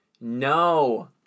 No